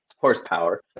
horsepower